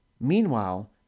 Meanwhile